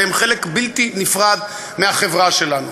והם חלק בלתי נפרד מהחברה שלנו.